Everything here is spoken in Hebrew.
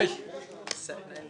הצבעה בעד,